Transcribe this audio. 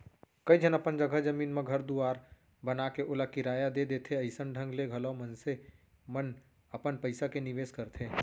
कइ झन अपन जघा जमीन म घर दुवार बनाके ओला किराया दे देथे अइसन ढंग ले घलौ मनसे मन अपन पइसा के निवेस करथे